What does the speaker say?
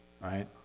Right